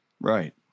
Right